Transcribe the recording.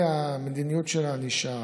מדיניות הענישה,